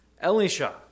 Elisha